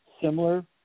similar